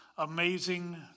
Amazing